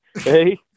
hey